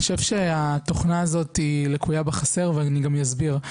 אני חושב שהתוכנה הזו לקויה בחסר ואני גם אסביר.